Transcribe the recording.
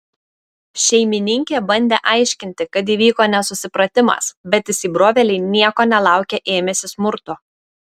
šeimininkė bandė aiškinti kad įvyko nesusipratimas bet įsibrovėliai nieko nelaukę ėmėsi smurto